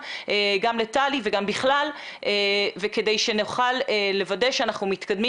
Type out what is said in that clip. גם לטלי וגם בכלל כדי שנוכל לוודא שאנחנו מתקדמים